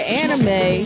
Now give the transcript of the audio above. anime